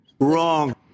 Wrong